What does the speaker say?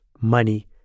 money